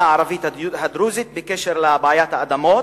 הערבית הדרוזית בקשר לבעיית האדמות,